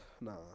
Nah